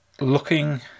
looking